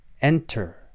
enter